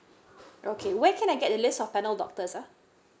okay where can I get a list of panel doctors ah